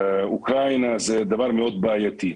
אוקראינה זה דבר מאוד בעייתי.